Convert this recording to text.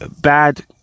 bad